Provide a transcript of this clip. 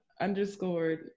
underscored